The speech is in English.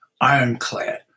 ironclad